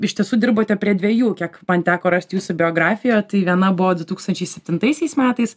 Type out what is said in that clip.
iš tiesų dirbote prie dvejų kiek man teko rasti jūsų biografijoje tai viena buvo du tūkstančiai septintaisiais metais